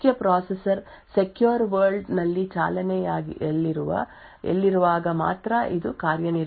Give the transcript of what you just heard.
ಮುಖ್ಯ processor secure world ನಲ್ಲಿ ಚಾಲನೆಯಲ್ಲಿರುವಾಗ ಮಾತ್ರ ಇದು ಕಾರ್ಯನಿರ್ವಹಿಸುತ್ತದೆ